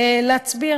להצביע.